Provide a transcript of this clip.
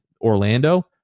Orlando